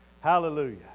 Hallelujah